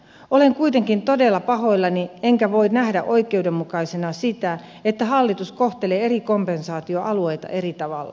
olen kuitenkin todella pahoillani enkä voi nähdä oikeudenmukaisena sitä että hallitus kohtelee eri kompensaatioalueita eri tavalla